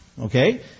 Okay